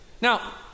Now